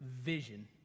vision